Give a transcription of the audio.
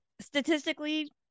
statistically